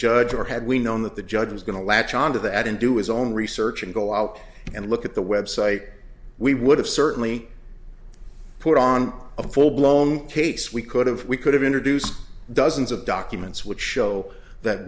judge or had we known that the judge was going to latch on to that and do his own research and go out and look at the website we would have certainly put on a full blown case we could have we could have introduced dozens of documents which show that